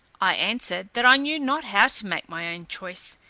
i answered, that i knew not how to make my own choice,